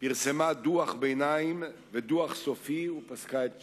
פרסמה דוח ביניים ודוח סופי ופסקה את פסוקה.